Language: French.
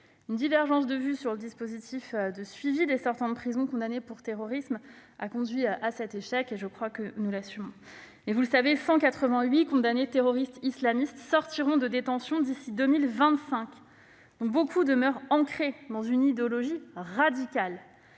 une divergence de vues sur le dispositif de suivi des sortants de prison condamnés pour terrorisme a conduit à cet échec, que nous assumons. Vous le savez, 188 condamnés terroristes islamistes sortiront de détention d'ici à 2025, dont beaucoup demeurent ancrés dans une idéologie radicale.